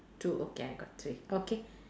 two okay I got three okay